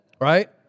Right